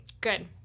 Good